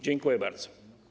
Dziękuję bardzo.